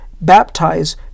baptize